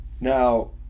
Now